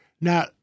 now